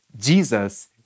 Jesus